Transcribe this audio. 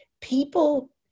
people